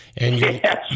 Yes